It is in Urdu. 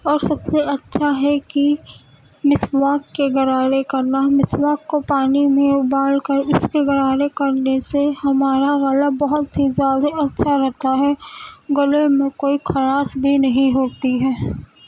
اور سب سے اچھا ہے کہ مسواک کے غرارے کرنا مسواک کو پانی میں ابال کر اس کے غرارے کرنے سے ہمارا گلا بہت ہی زیادے اچھا رہتا ہے گلے میں کوئی خراش بھی نہیں ہوتی ہے